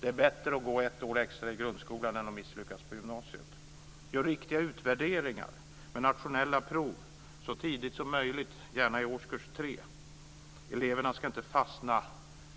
Det är bättre att gå ett år extra i grundskolan än att misslyckas på gymnasiet. Det gäller att göra riktiga utvärderingar med nationella prov så tidigt som möjligt, gärna i årskurs 3. Eleverna ska inte fastna